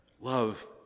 Love